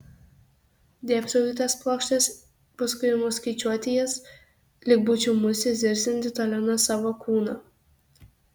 dėbsau į tas plokštes paskui imu skaičiuoti jas lyg būčiau musė zirzianti toli nuo savo kūno